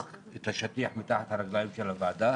את השטיח מתחת לרגליים של הוועדה.